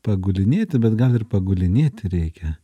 pagulinėti bet gal ir pagulinėti reikia